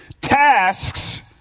Tasks